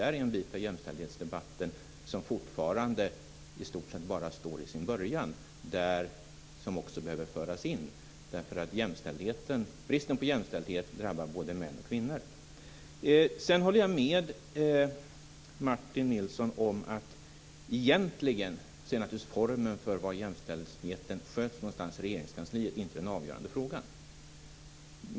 Det är en bit av jämställdhetsdebatten som fortfarande i stort sett bara har börjat. Den behöver också föras in. Bristen på jämställdhet drabbar både män och kvinnor. Sedan håller jag med Martin Nilsson om att den avgörande frågan egentligen inte är var jämställdheten sköts i Regeringskansliet.